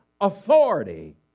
authority